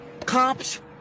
Cops